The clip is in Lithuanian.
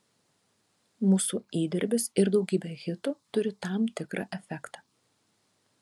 mūsų įdirbis ir daugybė hitų turi tam tikrą efektą